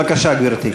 בבקשה, גברתי.